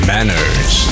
Manners